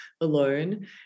alone